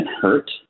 hurt